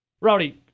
Rowdy